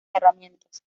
herramientas